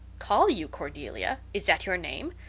call you cordelia? is that your name?